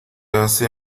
hace